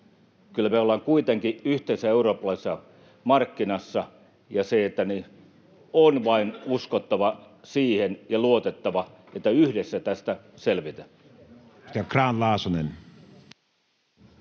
Kyllä me ollaan kuitenkin yhteisessä eurooppalaisessa markkinassa, ja on vain uskottava ja luotettava siihen, että yhdessä tästä selvitään.